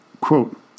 Quote